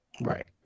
right